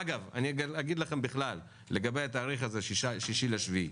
אגב, אגיד לכם בכלל לגבי התאריך הזה, 6 ביולי.